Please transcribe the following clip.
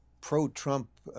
pro-Trump